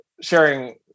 sharing